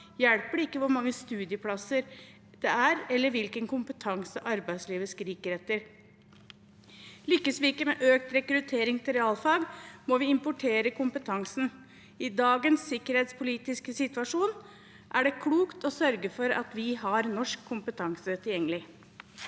hjelper det ikke hvor mange studieplasser det er, eller hvilken kompetanse arbeidslivet skriker etter. Lykkes vi ikke med økt rekruttering til realfag må vi importere kompetansen. I dagens sikkerhetspolitiske situasjon er det klokt å sørge for at vi har norsk kompetanse tilgjengelig.